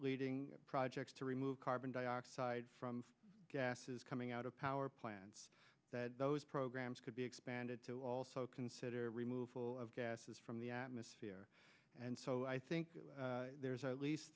leading projects to remove carbon dioxide from gases coming out of power plants that those programs could be expanded to also consider removal of gases from the atmosphere and so i think there's a least